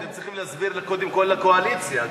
אתם צריכים להסביר קודם כול לקואליציה.